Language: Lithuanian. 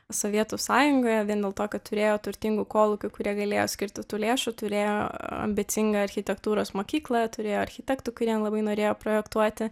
sovietų sąjungoje vien dėl to kad turėjo turtingų kolūkių kurie galėjo skirti tų lėšų turėjo ambicingą architektūros mokyklą turėjo architektų kurie labai norėjo projektuoti